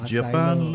Japan